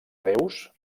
déus